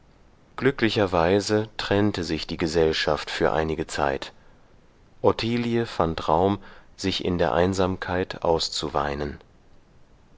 glücklicherweise trennte sich die gesellschaft für einige zeit ottilie fand raum sich in der einsamkeit auszuweinen